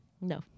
No